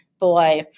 boy